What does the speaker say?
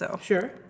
Sure